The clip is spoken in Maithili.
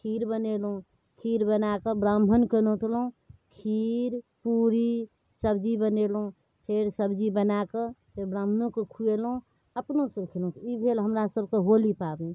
खीर बनेलहुँ खीर बनाकऽ ब्राह्मणके नोतलहुँ खीर पूड़ी सब्जी बनेलहुँ फेर सब्जी बनाकऽ ब्राह्मणोके खुएलहुँ अपनो फेर खएलहुँ ई भेल हमरासभके होली पाबनि